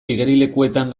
igerilekuetan